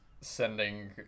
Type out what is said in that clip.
sending